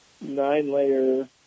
nine-layer